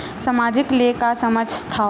सामाजिक ले का समझ थाव?